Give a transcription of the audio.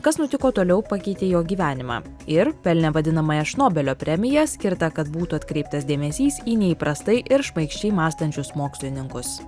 kas nutiko toliau pakeitė jo gyvenimą ir pelnė vadinamąją šnobelio premiją skirtą kad būtų atkreiptas dėmesys į neįprastai ir šmaikščiai mąstančius mokslininkus